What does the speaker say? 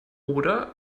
oder